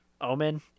Omen